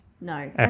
No